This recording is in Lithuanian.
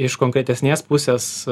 iš konkretesnės pusės